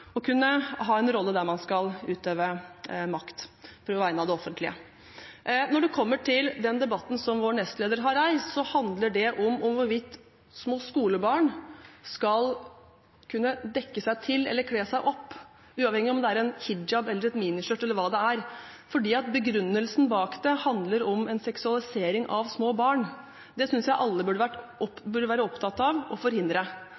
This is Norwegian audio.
å kunne ha en rolle der man skal utøve makt på vegne av det offentlige. Når det kommer til den debatten som vår nestleder har reist, så handler den om hvorvidt små skolebarn skal kunne dekke seg til eller kle seg opp, uavhengig av om det er en hijab eller et miniskjørt eller hva det er, fordi begrunnelsen bak utspillet handler om en seksualisering av små barn. Det synes jeg alle burde være opptatt av å forhindre.